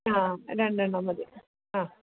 ആ രണ്ടെണ്ണം മതി ആ